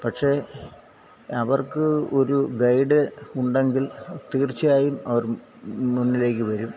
പക്ഷെ അവർക്ക് ഒരു ഗൈഡ് ഉണ്ടെങ്കിൽ തീർച്ചയായും അവർ മുന്നിലേക്ക് വരും